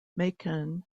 macon